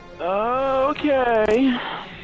Okay